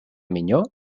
minyó